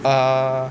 ah